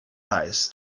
eyes